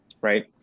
right